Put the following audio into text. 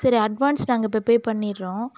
சரி அட்வான்ஸ் நாங்கள் இப்போ பே பண்ணிடுறோம்